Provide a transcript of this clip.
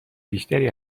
بیشتری